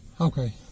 okay